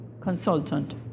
consultant